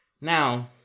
Now